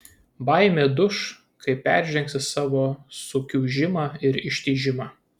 baimė duš kai peržengsi savo sukiužimą ir ištižimą